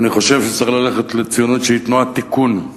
אני חושב שצריך ללכת לציונות שהיא תנועת תיקון,